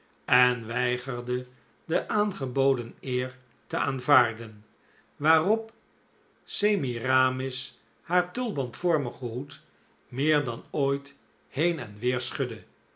en weigerde de aangeboden eer te aanvaarden waarop semiramis haar tulbandvormigen hoed meer dan ooit heen en weer schudde